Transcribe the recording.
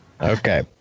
Okay